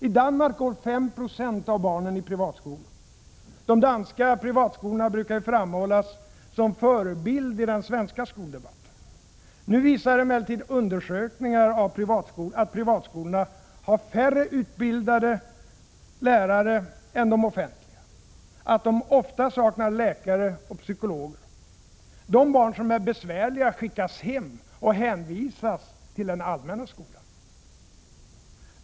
I Danmark går 5 96 av barnen i privatskolor. De danska privatskolorna brukar framhållas som förebild i den svenska skoldebatten. Nu visar emellertid undersökningar att privatskolorna har färre utbildade lärare än de offentliga, att de ofta saknar läkare och psykologer. De barn som är besvärliga skickas hem och hänvisas till den allmänna skolan.